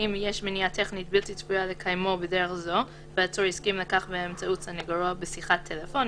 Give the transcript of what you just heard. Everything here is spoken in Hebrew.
אלא אם מתקיימים דיוני מעצרים באולמות שליד כל בתי הסוהר."